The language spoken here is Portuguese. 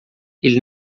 ele